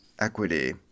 equity